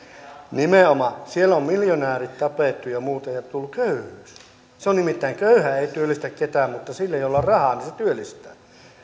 nimenomaan siellä on miljonäärit tapettu ja muuta ja tullut köyhyys nimittäin köyhä ei työllistä ketään mutta se jolla on rahaa se työllistää